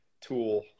tool